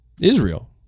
Israel